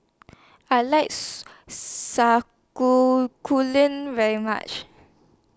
I likes very much